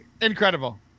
Incredible